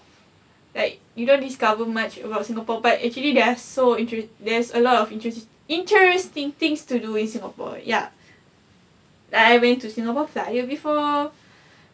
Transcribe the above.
like you don't discover much about singapore but actually there are so interest~ there's a lot of interesting interesting things to do in singapore ya like I went to singapore flyer before